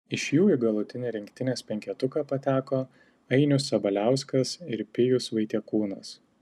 iš jų į galutinį rinktinės penketuką pateko ainius sabaliauskas ir pijus vaitiekūnas